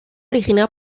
original